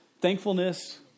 thankfulness